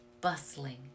bustling